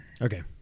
Okay